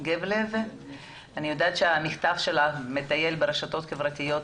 אני יודעת שהמכתב שלך מטייל ברשתות החברתיות.